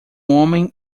homem